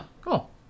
Cool